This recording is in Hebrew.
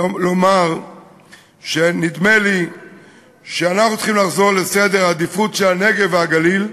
לומר שנדמה לי שאנחנו צריכים לחזור לעדיפות של הנגב והגליל,